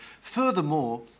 Furthermore